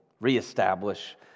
reestablish